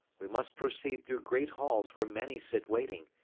we must proceed through great halls where many sit waiting,